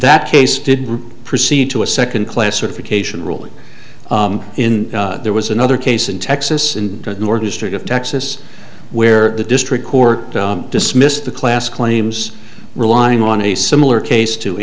that case didn't proceed to a second class certification ruling in there was another case in texas and nor district of texas where the district court dismissed the class claims relying on a similar case to